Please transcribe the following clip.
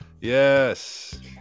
Yes